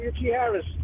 Harris